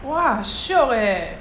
!wah! shiok eh